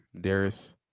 Darius